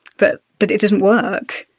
but but it doesn't work.